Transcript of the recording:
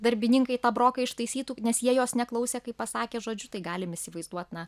darbininkai tą broką ištaisytų nes jie jos neklausė kai pasakė žodžiu tai galim įsivaizduot na